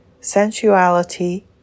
Sensuality